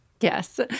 Yes